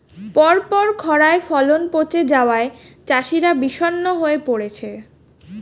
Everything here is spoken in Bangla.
পরপর খড়ায় ফলন পচে যাওয়ায় চাষিরা বিষণ্ণ হয়ে পরেছে